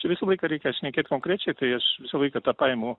čia visą laiką reikia šnekėt konkrečiai tai aš visą laiką tą paimu